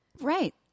Right